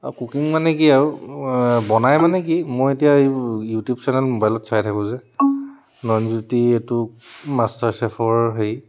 আৰু কুকিং মানে কি আৰু বনাই মানে কি মই এতিয়া ইউটিউব চেনেল মোবাইলত চাই থাকোঁ যে নয়নজ্যোতি এইটো মাষ্টাৰ শ্বেফৰ হেৰি